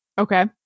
Okay